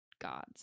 gods